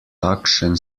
takšen